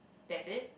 that's it